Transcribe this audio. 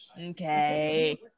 Okay